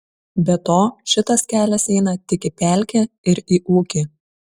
be to šitas kelias eina tik į pelkę ir į ūkį